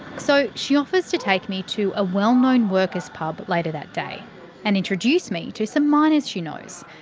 so, she offers to take me to a well-known workers' pub later that day and introduce me to some miners she knows.